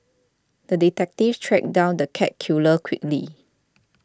the detective tracked down the cat killer quickly